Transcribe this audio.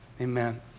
Amen